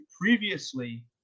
Previously